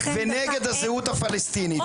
ונגד הזהות הפלשתינית.